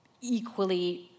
equally